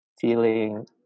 feeling